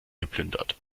geplündert